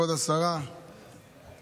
נעבור לסעיף הבא בסדר-היום,